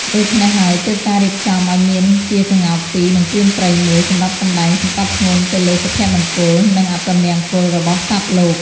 ដូច្នេះហើយទើបការរៀបចំឱ្យមានជាកោ្ងកពីរ និងព្រានព្រៃមួយ សម្រាប់សម្តែងសង្កត់ធ្ងន់ទៅលើសុភមង្គល និង អពមង្គលរបស់សត្វលោក ។